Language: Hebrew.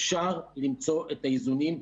אפשר למצוא את האיזונים,